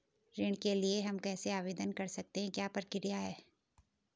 ऋण के लिए हम कैसे आवेदन कर सकते हैं क्या प्रक्रिया है?